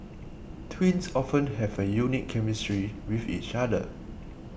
twins often have a unique chemistry with each other